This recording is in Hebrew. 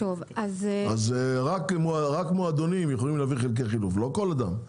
אז רק מועדונים יכולים להביא חלקי חילוף לא כל אדם,